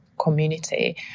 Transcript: community